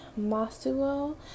masuo